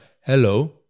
Hello